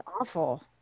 awful